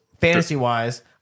fantasy-wise